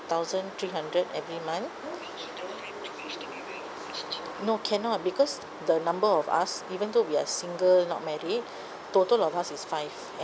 thousand three hundred every month no cannot because the number of us even though we're single not married total of us is five and